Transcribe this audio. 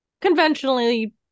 conventionally